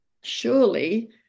surely